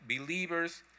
believers